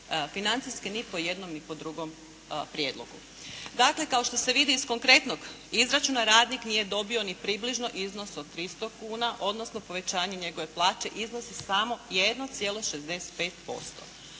financijske ni po jednom ni po drugom prijedlogu. Dakle, kao što se vidi iz konkretnog izračuna radnik nije dobio ni približno iznos od 300 kuna odnosno povećanje njegove plaće iznosi samo 1,65%.